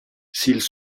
s’ils